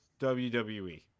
WWE